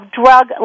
drug